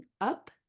up